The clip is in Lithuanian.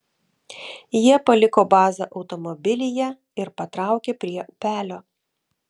jie paliko bazą automobilyje ir patraukė prie upelio